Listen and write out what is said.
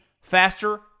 faster